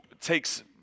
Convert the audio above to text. takes